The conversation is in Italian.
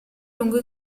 lungo